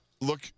Look –